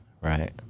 right